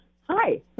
Hi